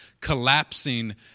collapsing